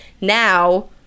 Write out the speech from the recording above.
Now